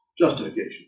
justification